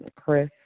Chris